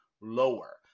lower